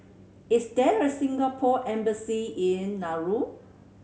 is there a Singapore Embassy in Nauru